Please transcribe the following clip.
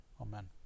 amen